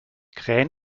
krähen